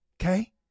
Okay